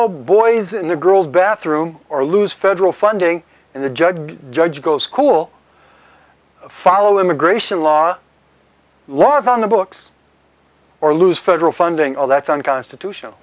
a boys in the girls bathroom or lose federal funding and the judge judge go school follow immigration laws laws on the books or lose federal funding all that's unconstitutional